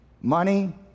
money